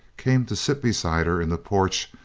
came to sit beside her in the porch,